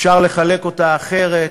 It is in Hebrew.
אפשר לחלק אותה אחרת,